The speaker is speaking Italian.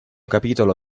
capitolo